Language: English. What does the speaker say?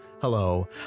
Hello